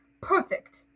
Perfect